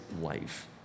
life